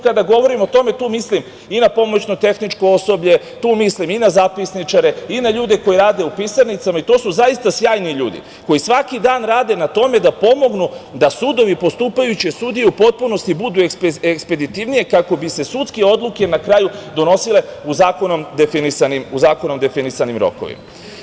Kada govorim o tome, tu mislim i na pomoćno tehničko osoblje, tu mislim i na zapisničare i na ljude koji rade u pisarnicama i to su zaista sjajni ljudi koji svaki dan rade na tome da pomognu da sudovi postupajući sudiju u potpunosti budu ekspeditivnije kako bi se sudske odluke na kraju donosile u zakonom definisanim rokovima.